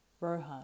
Rohan